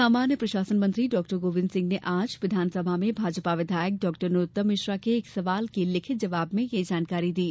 सामान्य प्रशासन मंत्री डॉ गोविंद सिंह ने आज विधानसभा में भाजपा विधायक डॉ नरोत्तम मिश्रा के एक सवाल के लिखित जवाब में ये जानकारी दी